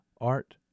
art